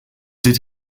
did